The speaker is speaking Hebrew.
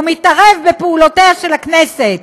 הוא מתערב בפעולותיה של הכנסת.